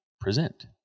Present